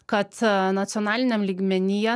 kad nacionaliniam lygmenyje